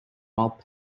while